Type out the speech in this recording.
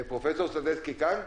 פרופ' סדצקי כאן?